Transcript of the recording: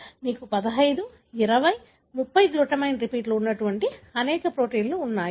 మీకు 15 20 30 గ్లూటామైన్ రిపీట్లు ఉన్నటువంటి అనేక ప్రోటీన్లు ఉన్నాయి